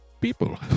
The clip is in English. people